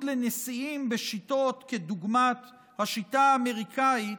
לנשיאים בשיטות כדוגמת השיטה האמריקאית,